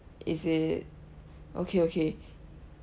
is it okay okay